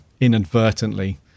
inadvertently